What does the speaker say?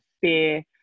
fear